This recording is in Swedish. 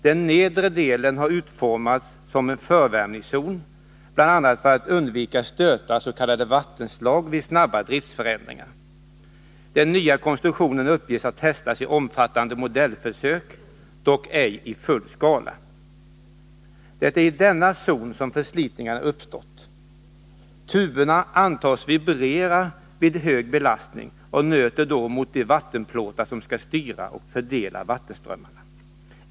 Den nedre delen har utformats som en förvärmningszon, bl.a. för att undvika stötar — s.k. vattenslag — vid snabba driftförändringar. Den nya konstruktionen uppges ha testats i omfattande modellförsök, dock ej i full skala. Det är i denna zon förslitningarna har uppstått. Tuberna antas vibrera vid hög belastning, och de nöter då mot de vattenplåtar som skall styra och fördela vattenströmmarna.